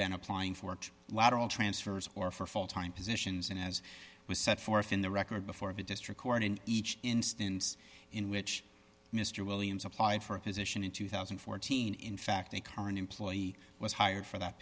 then applying for lateral transfers or for full time positions and as was set forth in the record before of a district court in each instance in which mr williams applied for a position in two thousand and fourteen in fact a current employee was hired for that